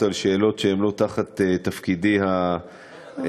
על שאלות שהן לא תחת תפקידי הנוכחי,